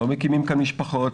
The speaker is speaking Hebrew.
לא מקימים כאן משפחות,